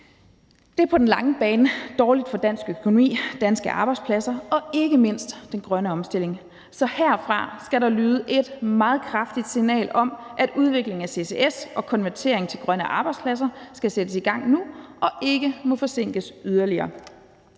Det er på den lange bane dårligt for dansk økonomi, danske arbejdspladser og ikke mindst den grønne omstilling. Så herfra skal der lyde et meget kraftigt signal om, at udviklingen af ccs og konverteringen til grønne arbejdspladser skal sættes i gang nu og ikke må forsinkes yderligere.